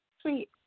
Sweet